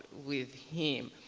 with him.